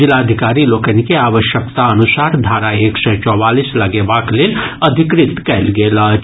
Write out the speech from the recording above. जिलाधिकारी लोकनि के आवश्यकता अनुसार धार एक सय चौवालीस लगेबाक लेल अधिकृत कयल गेल अछि